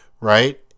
right